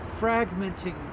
fragmenting